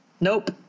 Nope